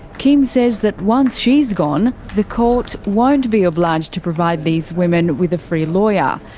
kim says that once she's gone, the court won't be obliged to provide these women with a free lawyer.